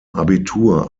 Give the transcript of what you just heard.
abitur